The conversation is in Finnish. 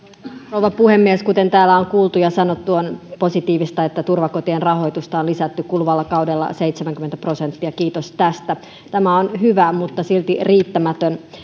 rouva puhemies kuten täällä on kuultu ja sanottu on positiivista että turvakotien rahoitusta on lisätty kuluvalla kaudella seitsemänkymmentä prosenttia kiitos tästä tämä on hyvä mutta silti riittämätön